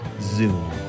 Zoom